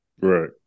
Right